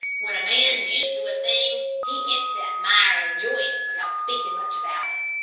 when a man's used to a thing he gits to admire an' enjoy it without speakin' much about it.